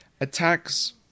attacks